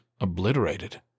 obliterated